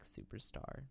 Superstar